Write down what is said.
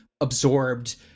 absorbed